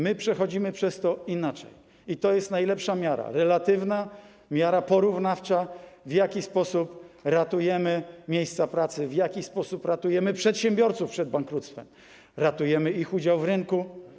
My przechodzimy przez to inaczej i to jest najlepsza miara, relatywna, miara porównawcza, w jaki sposób ratujemy miejsca pracy, w jaki sposób ratujemy przedsiębiorców przed bankructwem, ratujemy ich udział w rynku.